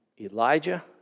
Elijah